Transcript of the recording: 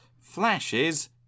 flashes